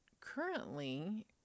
currently